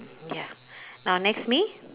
ya now next me